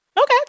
Okay